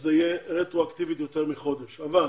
שזה יהיה רטרואקטיבית יותר מחודש, אבל